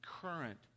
current